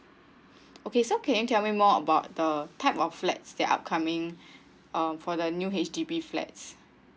okay so can you tell me more about the type of flats that upcoming um for the new H_D_B flats